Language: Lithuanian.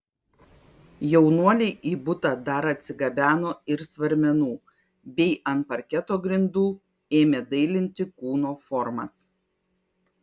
jaunuoliai į butą dar atsigabeno ir svarmenų bei ant parketo grindų ėmė dailinti kūno formas